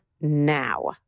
now